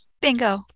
Bingo